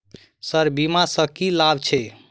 Sir बीमा सँ की लाभ छैय?